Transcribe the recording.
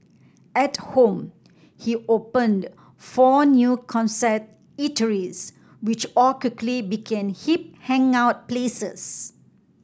at home he opened four new concept eateries which all quickly became hip hangout places